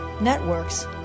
networks